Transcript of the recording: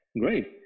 Great